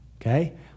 okay